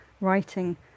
writing